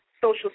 Social